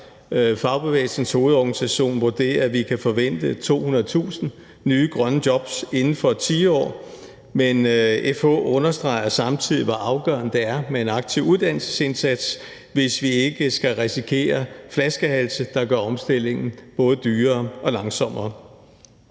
Fagbevægelsens Hovedorganisation vurderer, at vi kan forvente 200.000 nye grønne jobs inden for et tiår, men FH understreger samtidig, hvor afgørende det er med en aktiv uddannelsesindsats, hvis vi ikke skal risikere flaskehalse, der gør omstillingen både dyrere og langsommere.